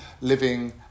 living